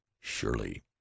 surely